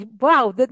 wow